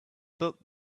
book